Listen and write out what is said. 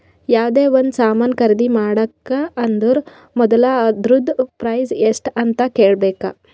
ಯಾವ್ದೇ ಒಂದ್ ಸಾಮಾನ್ ಖರ್ದಿ ಮಾಡ್ಬೇಕ ಅಂದುರ್ ಮೊದುಲ ಅದೂರ್ದು ಪ್ರೈಸ್ ಎಸ್ಟ್ ಅಂತ್ ಕೇಳಬೇಕ